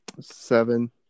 seven